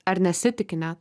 ar nesitiki net